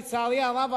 לצערי הרב,